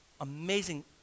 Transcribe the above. amazing